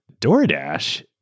doordash